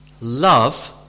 love